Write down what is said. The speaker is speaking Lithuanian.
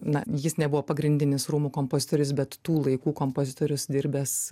na jis nebuvo pagrindinis rūmų kompozitorius bet tų laikų kompozitorius dirbęs